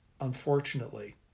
unfortunately